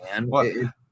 man